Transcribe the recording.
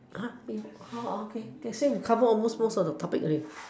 okay same cover almost most of the topics already